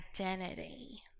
identity